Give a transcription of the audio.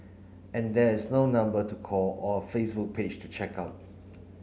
and there is no number to call or a Facebook page to check out